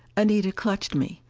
anita clutched me.